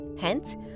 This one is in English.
Hence